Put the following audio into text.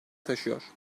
taşıyor